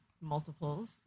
multiples